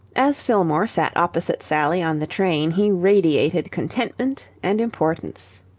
as fillmore sat opposite sally on the train, he radiated contentment and importance.